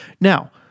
Now